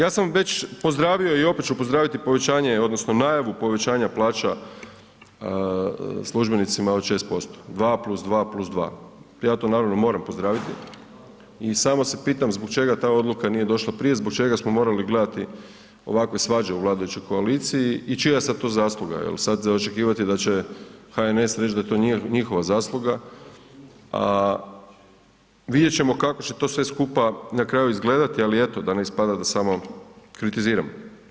Ja sam već pozdravio i opet ću pozdraviti povećanje odnosno najavu povećanja plaća službenicima od 6%, 2 plus 2 plus 2. Ja to naravno moram pozdraviti i samo se pitam zbog čega ta odluka nije došla prije, zbog čega smo morali gledati ovakve svađe u vladajućoj koaliciji i čija je sad to zasluga jer je sad za očekivati da će HNS reć da to nije njihova zasluga a vidjet ćemo kako će to sve skupa na kraju izgledati ali eto, da ne ispada da samo kritiziram.